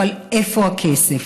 אבל איפה הכסף?